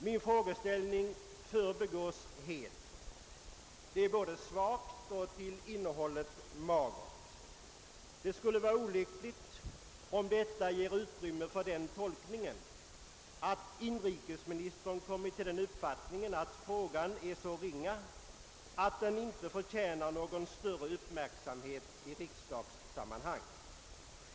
Min frågeställning förbigås helt. Svaret är både svagt och till innehållet magert. Det skulle vara olyckligt om detta ger utrymme för den tolkningen, att inrikesministern kommit till den uppfattningen att frågan är så ringa att den inte förtjänar någon större uppmärksamhet i riksdagssammanhang.